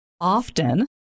often